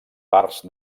parts